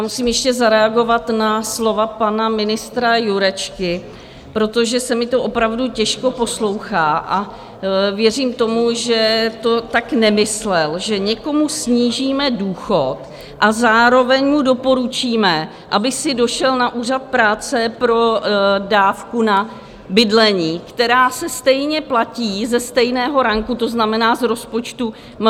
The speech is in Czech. Musím ještě zareagovat na slova pana ministra Jurečky, protože se mi to opravdu těžko poslouchá, a věřím tomu, že to tak nemyslel, že někomu snížíme důchod a zároveň mu doporučíme, aby si došel na úřad práce pro dávku na bydlení, která se stejně platí ze stejného ranku, to znamená z rozpočtu MPSV.